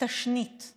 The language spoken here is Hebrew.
"תשנית";